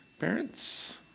Parents